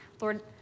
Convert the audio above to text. Lord